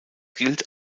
gilt